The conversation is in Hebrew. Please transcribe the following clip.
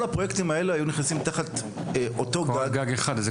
הפרויקטים האלה היו נכנסים תחת גג אחד,